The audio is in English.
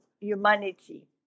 humanity